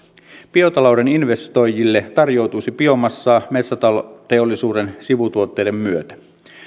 biotalouden investoijille tarjoutuisi biomassaa metsäteollisuuden sivutuotteiden myötä